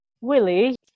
Willie